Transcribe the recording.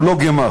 הוא לא גמ"ח,